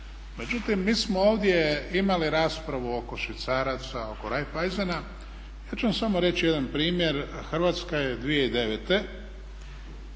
Međutim, mi smo ovdje imali raspravu oko švicaraca, oko Raiffeisena. Ja ću vam samo reći jedan primjer, Hrvatska je 2009.